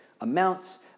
amounts